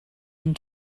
and